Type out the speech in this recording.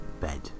bed